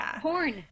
porn